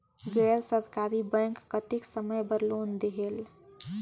गैर सरकारी बैंक कतेक समय बर लोन देहेल?